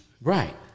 Right